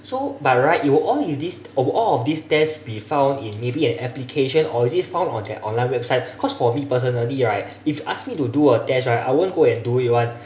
so by right you all of this all of these tests be found in maybe an application or is it found on their online website cause for me personally right if you ask me to do a test right I won't go and do it [one]